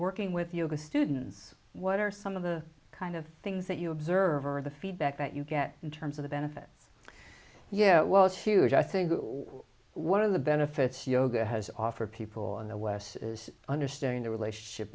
working with yoga students what are some of the kind of things that you observe or the feedback that you get in terms of the benefit yeah well it's huge i think one of the benefits yoga has offered people on the west is understanding the relationship